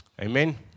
Amen